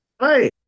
Hi